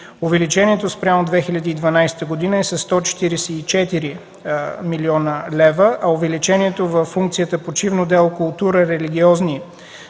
Увеличението спрямо 2012 г. е със 144 млн. лв., а увеличението във функцията „Почивно дело, култура, религиозни